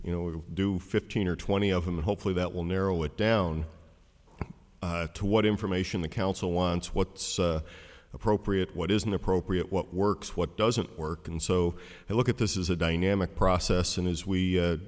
you know we do fifteen or twenty of them hopefully that will narrow it down to what information the council wants what's appropriate what isn't appropriate what works what doesn't work and so i look at this is a dynamic process and as we